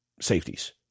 safeties